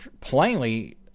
plainly